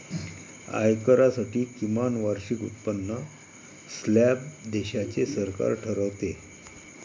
आयकरासाठी किमान वार्षिक उत्पन्न स्लॅब देशाचे सरकार ठरवते